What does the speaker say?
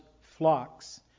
flocks